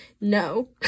no